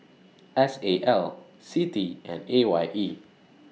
S A L C T and A Y E